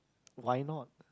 why not